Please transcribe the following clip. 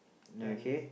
then